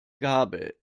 gabel